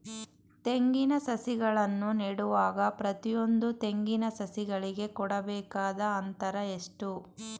ತೆಂಗಿನ ಸಸಿಗಳನ್ನು ನೆಡುವಾಗ ಪ್ರತಿಯೊಂದು ತೆಂಗಿನ ಸಸಿಗಳಿಗೆ ಕೊಡಬೇಕಾದ ಅಂತರ ಎಷ್ಟು?